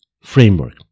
framework